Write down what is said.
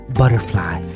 butterfly